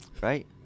Right